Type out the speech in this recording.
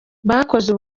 bakoze